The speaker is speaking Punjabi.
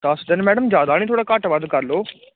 ਦਸ ਦਿਨ ਮੈਡਮ ਜ਼ਿਆਦਾ ਨਹੀਂ ਥੋੜ੍ਹਾ ਘੱਟ ਵੱਧ ਕਰ ਲਓ